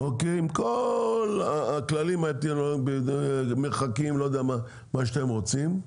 אוקיי עם כל הכללים מרחקים לא יודע מה שאתם רוצים,